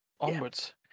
onwards